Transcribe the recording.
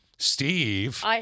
Steve